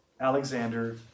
Alexander